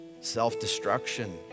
self-destruction